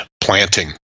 planting